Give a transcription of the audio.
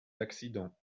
accidents